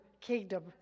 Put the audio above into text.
kingdom